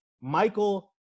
Michael